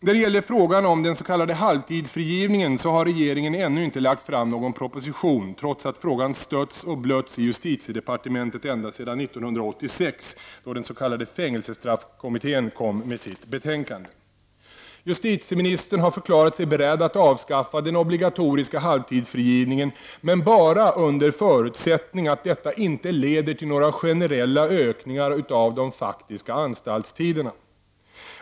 När det gäller frågan om den s.k halvtidsfrigivningen har regeringen ännu inte lagt fram någon proposition, trots att frågan stötts och blötts i justitiedepartementet ända sedan 1986, då den s.k. fängelsestraffkommittén kom med sitt betänkande. Justitieministern har förklarat sig beredd att avskaffa den obligatoriska halvtidsfrigivningen, men bara under förutsättning att detta inte leder till några generella ökningar av de faktiska anstaltstiderna.